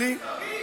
דחף את גלעד קריב?